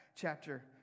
Chapter